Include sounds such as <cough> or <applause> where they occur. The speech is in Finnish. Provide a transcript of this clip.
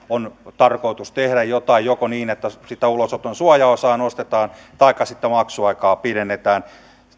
<unintelligible> on tarkoitus tehdä jotain joko niin että sitä ulosoton suojaosaa nostetaan taikka sitten niin että maksuaikaa pidennetään